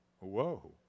Whoa